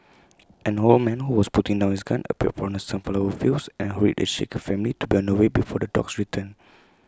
an old man who was putting down his gun appeared from the sunflower fields and hurried the shaken family to be on their way before the dogs return